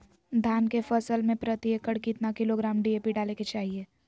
धान के फसल में प्रति एकड़ कितना किलोग्राम डी.ए.पी डाले के चाहिए?